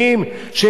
ופוגעים בך,